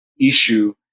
issue